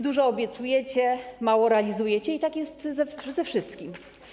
Dużo obiecujecie, mało realizujecie i tak jest ze wszystkim.